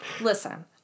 listen